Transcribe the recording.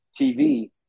TV